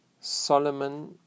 Solomon